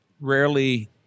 rarely